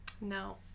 No